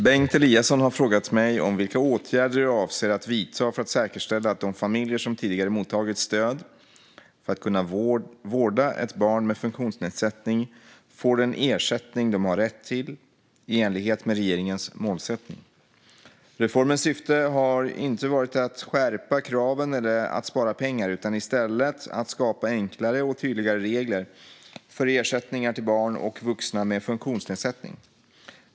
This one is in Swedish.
Fru talman! har frågat mig vilka åtgärder jag avser att vidta för att säkerställa att de familjer som tidigare mottagit stöd för att kunna vårda ett barn med funktionsnedsättning får den ersättning de har rätt till i enlighet med regeringens målsättning. Reformens syfte har inte varit att skärpa kraven eller att spara pengar utan i stället att skapa enklare och tydligare regler för ersättningar till barn och vuxna med funktionsnedsättning.